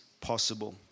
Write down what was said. possible